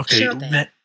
Okay